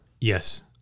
Yes